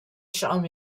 charme